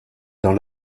dans